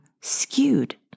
skewed